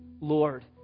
Lord